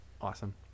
awesome